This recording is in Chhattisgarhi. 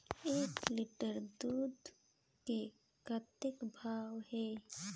एक लिटर दूध के कतका भाव हे?